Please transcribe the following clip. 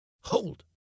hold